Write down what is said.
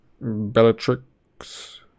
Bellatrix